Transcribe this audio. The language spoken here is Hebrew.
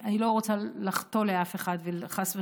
אני לא רוצה לחטוא לאף אחד וחס וחלילה.